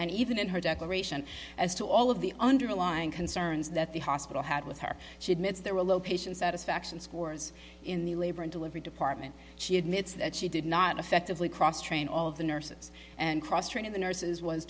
and even in her declaration as to all of the underlying concerns that the hospital had with her she admits there were low patient satisfaction scores in the labor and delivery department she admits that she did not effectively cross train all of the nurses and cross train of the nurses was